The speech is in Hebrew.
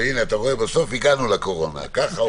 לתת לנו